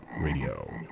radio